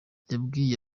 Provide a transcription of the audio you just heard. yabwiye